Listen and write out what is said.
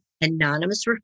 anonymous